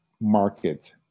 market